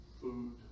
Food